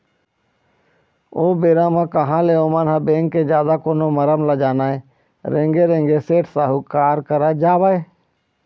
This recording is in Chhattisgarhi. ओ बेरा म कहाँ ले ओमन ह बेंक के जादा कोनो मरम ल जानय रेंगे रेंगे सेठ साहूकार करा जावय